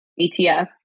ETFs